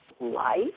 life